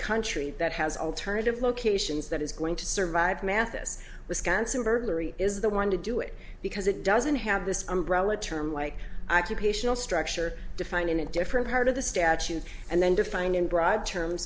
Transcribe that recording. country that has alternative locations that is going to survive mathis wisconsin burglary is the one to do it because it doesn't have this umbrella term like i q creational structure defined in a different part of the statute and then defined in broad term